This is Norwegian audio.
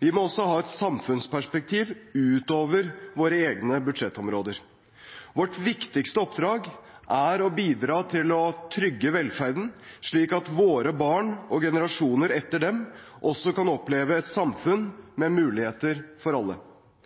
Vi må også ha et samfunnsperspektiv utover våre egne budsjettområder. Vårt viktigste oppdrag er å bidra til å trygge velferden, slik at våre barn og generasjoner etter dem også kan oppleve et samfunn med muligheter for alle.